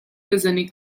raisonner